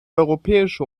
europäische